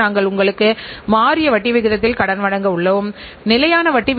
மேலும் ஒரு சிறந்த செயல்திறன் மிக்க சூழ்நிலையைச் சொல்ல வேண்டும்